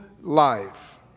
life